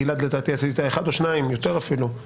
גלעד, לדעתי עשיתי אחד או שניים, יותר אפילו.